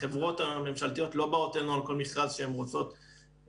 החברות הממשלתיות לא באו אלינו על כל מכרז שהן רוצות לבצע.